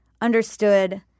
understood